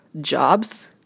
jobs